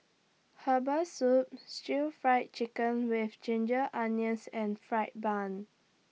Herbal Soup Stir Fry Chicken with Ginger Onions and Fried Bun